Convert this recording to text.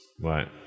Right